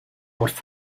wordt